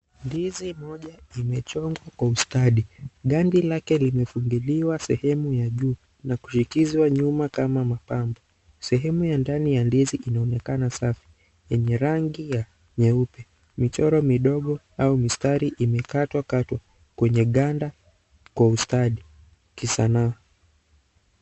Ndizi moja imechongwa kwa ustadi. Ganda lake limefundiliwa sehemu ya juu na kushikizwa nyuma kama mapambo. Sehemu ya ndani ya ndizi inaonekana safi yenye rangi ya nyeupe. Michoro midogo au mistari imekatwa katwa kwenye ganda kwa ustadi kisanaa.